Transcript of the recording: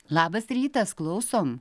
labas rytas klausom